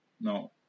No